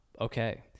Okay